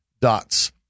dots